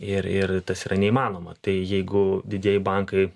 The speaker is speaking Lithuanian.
ir ir tas yra neįmanoma tai jeigu didieji bankai